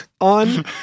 on